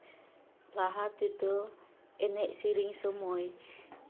ᱞᱟᱦᱟ ᱛᱮᱫᱚ ᱮᱱᱮᱡ ᱥᱮᱨᱮᱧ ᱥᱚᱢᱚᱭ